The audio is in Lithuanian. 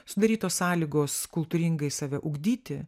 sudarytos sąlygos kultūringai save ugdyti